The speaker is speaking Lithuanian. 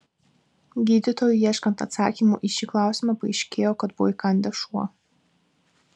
gydytojui ieškant atsakymų į šį klausimą paaiškėjo kad buvo įkandęs šuo